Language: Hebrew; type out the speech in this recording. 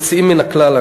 יוצאים מן הכלל,